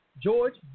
George